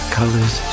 colors